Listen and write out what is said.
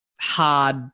hard